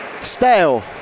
stale